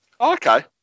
Okay